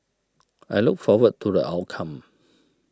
I look forward to the outcome